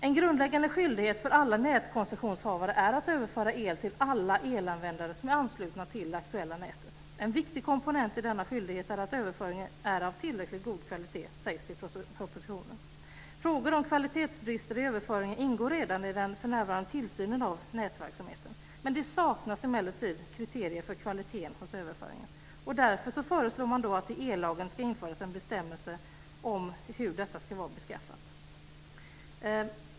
En grundläggande skyldighet för alla nätkoncessionshavare är att överföra el till alla elanvändare som är anslutna till det aktuella nätet. En viktig komponent i denna skyldighet är att överföringen är av tillräckligt god kvalitet, sägs det i propositionen. Frågor om kvalitetsbrister i överföringen ingår redan för närvarande i tillsynen av nätverksamheten, men det saknas emellertid kriterier för kvaliteten hos överföringen. Därför föreslår man att det i ellagen ska införas en bestämmelse om hur detta ska vara beskaffat.